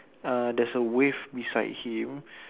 err there's a wave beside him